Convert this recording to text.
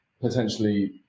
potentially